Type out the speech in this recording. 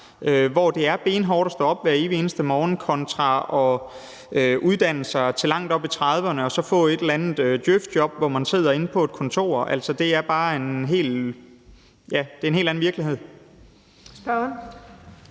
hvor det er benhårdt at stå op hver evig eneste morgen kontra at uddanne sig, til man er langt op i trediverne, og så få et eller andet djøf-job, hvor man sidder på inde et kontor. Altså, det er bare en helt anden virkelighed.